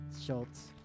Schultz